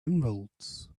emeralds